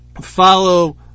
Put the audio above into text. follow